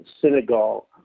Senegal